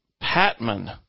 Patman